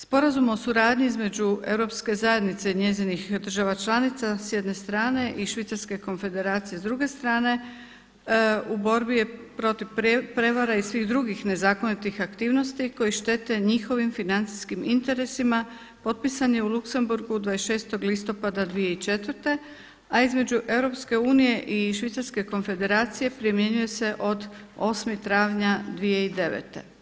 Sporazum o suradnji između Europske zajednice i njezinih država članica s jedne strane i Švicarske Konfederacije s druge strane u borbi je protiv prijevara i svih drugih nezakonitih aktivnosti koji štete njihovim financijskim interesima, potpisan je u Luksemburgu 26. listopada 2004. a između EU i Švicarske Konfederacije primjenjuje se od 8. travnja 2009.